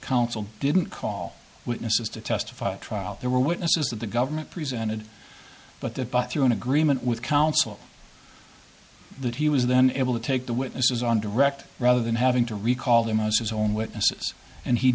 counsel didn't call witnesses to testify at trial there were witnesses that the government presented but that but through an agreement with counsel that he was then able to take the witnesses on direct rather than having to recall them as his own witnesses and he